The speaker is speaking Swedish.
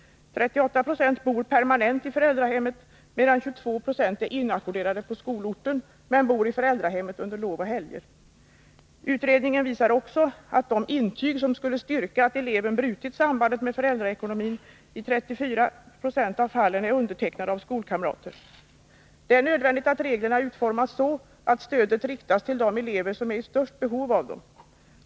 38 7 bor permanent i föräldrahemmet, medan 2296 är inackorderade på skolorten men bor i föräldrahemmet under lov och helger. Utredningen visar också att de intyg som skulle styrka att eleven har brutit sambandet med föräldraekonomin i 34 96 av fallen är undertecknade av skolkamrater. Det är nödvändigt att reglerna utformas så att stödet riktas till de elever som är i störst behov av det.